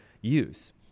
use